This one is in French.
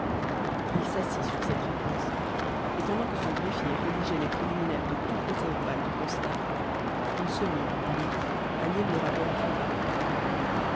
il s'assit sur cette réponse et pendant que son greffier rédigeait les préliminaires de tout procès-verbal de constat il se mit lui à lire le rapport écrit par lecoq